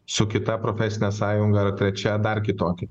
su kita profesine sąjunga ar trečia dar kitokį